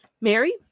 Mary